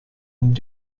und